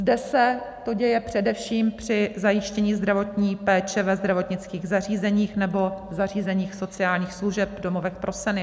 Zde se to děje především při zajištění zdravotní péče ve zdravotnických zařízeních nebo zařízeních sociálních služeb, domovech pro seniory.